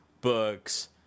books